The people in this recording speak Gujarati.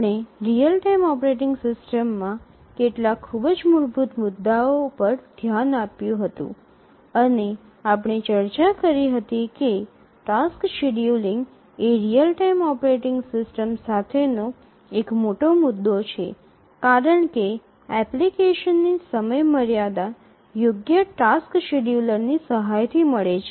આપણે રીઅલ ટાઇમ ઓપરેટિંગ સિસ્ટમ્સમાં કેટલાક ખૂબ જ મૂળભૂત મુદ્દાઓ પર ધ્યાન આપ્યું હતું અને આપણે ચર્ચા કરી હતી કે ટાસક્સ શેડ્યૂલિંગ એ રીઅલ ટાઇમ ઓપરેટિંગ સિસ્ટમ સાથેનો એક મોટો મુદ્દો છે કારણ કે એપ્લિકેશનની સમયમર્યાદા યોગ્ય ટાસ્ક શેડ્યૂલરની સહાયથી મળે છે